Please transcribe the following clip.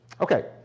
Okay